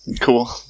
Cool